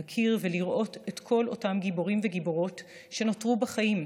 להכיר ולראות את כל אותם גיבורים וגיבורות שנותרו בחיים,